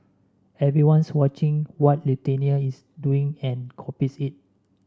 everyone's watching what Lithuania is doing and copies it